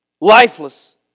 lifeless